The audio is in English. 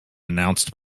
announced